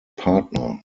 partner